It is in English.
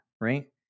right